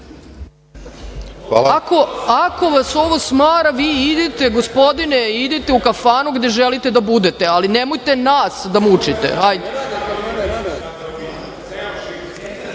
javite. Ako vas ovo smara, vi idite gospodine u kafanu gde želite da budete, ali nemojte nas da mučite. Izvolite.